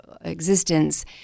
existence